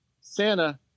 Santa